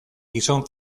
gizon